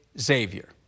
Xavier